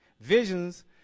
Visions